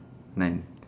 nine